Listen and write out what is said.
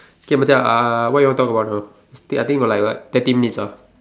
okay Macha uh what you want to talk about now I think we got like what thirty minutes ah